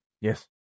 yes